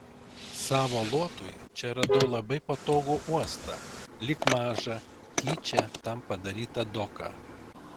savo luotui čia radau labai patogų uostą lyg mažą tyčia tam padarytą doką